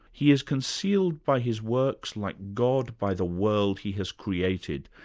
he is concealed by his works, like god, by the world he has created.